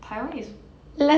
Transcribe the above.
taiwan is~